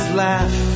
laugh